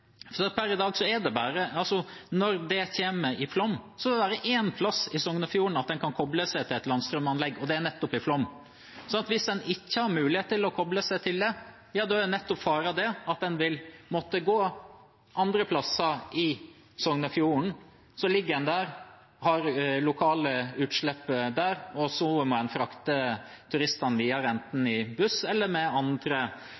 plass i Sognefjorden hvor en kan koble seg på et landstrømanlegg, og det er nettopp i Flåm. Så hvis en ikke har mulighet til å koble seg på det, er faren nettopp den at en vil måtte gå andre plasser i Sognefjorden. Så ligger en der, har lokale utslipp der, og så må